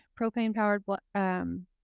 propane-powered